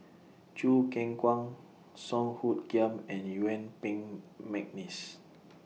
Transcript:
Choo Keng Kwang Song Hoot Kiam and Yuen Peng Mcneice